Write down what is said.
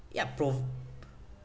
ya prov~